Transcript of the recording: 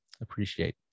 appreciate